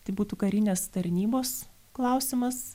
tai būtų karinės tarnybos klausimas